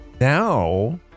Now